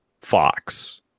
Fox